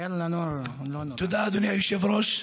אדוני היושב-ראש,